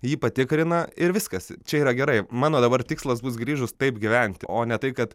jį patikrina ir viskas čia yra gerai mano dabar tikslas bus grįžus taip gyvent o ne tai kad